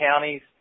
counties